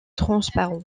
transparent